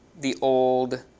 the old